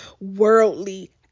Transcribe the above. worldly